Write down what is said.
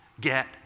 get